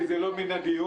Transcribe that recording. כי זה לא מן הדיון.